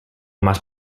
más